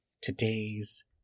today's